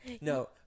no